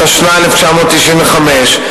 התשנ"ה 1995,